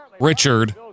Richard